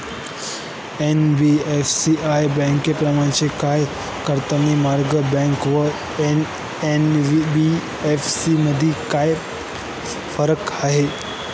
NBFC या बँकांप्रमाणेच कार्य करतात, मग बँका व एन.बी.एफ.सी मध्ये काय फरक आहे?